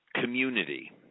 community